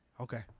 Okay